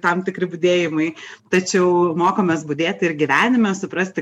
tam tikri budėjimai tačiau mokomės budėti ir gyvenime suprasti